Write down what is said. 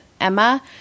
emma